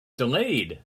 delayed